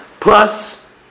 Plus